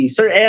Sir